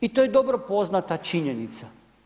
I to je dobro poznata činjenica.